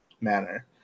manner